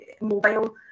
mobile